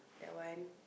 that one